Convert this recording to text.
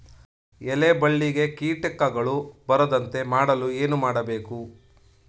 ಎಲೆ ಬಳ್ಳಿಗೆ ಕೀಟಗಳು ಬರದಂತೆ ಮಾಡಲು ಏನು ಮಾಡಬೇಕು?